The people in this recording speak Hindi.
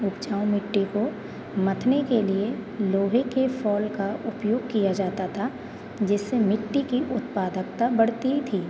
उपजाऊ मिट्टी को मथने के लिए लोहे के फ़ॉल का उपयोग किया जाता था जिससे मिट्टी की उत्पादकता बढ़ती थी